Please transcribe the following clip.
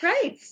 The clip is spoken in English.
great